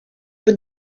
with